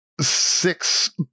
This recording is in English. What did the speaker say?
six